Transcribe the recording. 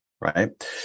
right